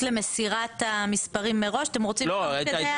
לא שבע על הכול, לא שבע.